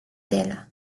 tela